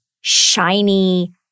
shiny